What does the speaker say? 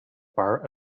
bar